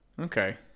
okay